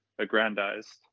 aggrandized